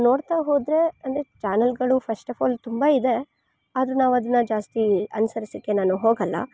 ನೋಡ್ತಾ ಹೋದರೆ ಅಂದರೆ ಚಾನಲ್ಗಳು ಫಸ್ಟ್ ಒಫ್ ಆಲ್ ತುಂಬ ಇದೆ ಆದರೆ ನಾವು ಅದನ್ನು ಜಾಸ್ತಿ ಅನ್ಸರಿಸೋಕ್ಕೆ ನಾನು ಹೋಗೋಲ್ಲ